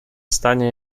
stanie